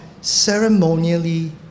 ceremonially